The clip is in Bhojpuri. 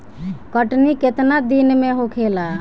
कटनी केतना दिन में होखेला?